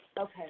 Okay